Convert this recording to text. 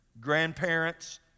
grandparents